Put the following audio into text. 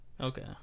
Okay